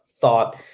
thought